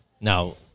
Now